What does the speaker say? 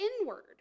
inward